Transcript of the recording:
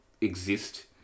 exist